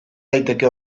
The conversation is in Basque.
daiteke